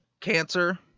cancer